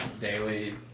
daily